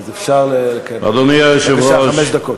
אז אפשר, אדוני היושב-ראש, בבקשה, חמש דקות.